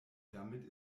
damit